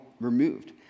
removed